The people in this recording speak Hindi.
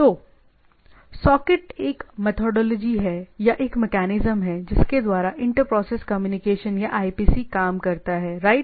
तो सॉकेट एक मैंथोडोलॉजी या एक मेकैनिज्म है जिसके द्वारा इंटर प्रोसेस कम्युनिकेशन या आईपीसी काम करता हैराइट